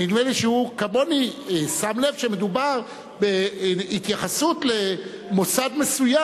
נדמה לי שהוא כמוני שם לב שמדובר בהתייחסות למוסד מסוים.